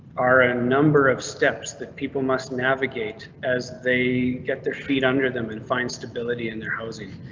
are a number of steps that people must navigate as they get their feet under them and find stability in their housing.